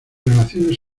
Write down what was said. relaciones